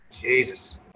Jesus